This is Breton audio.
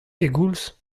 pegoulz